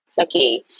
Okay